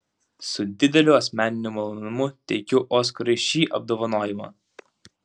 su dideliu asmeniniu malonumu teikiu oskarui šį apdovanojimą